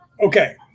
Okay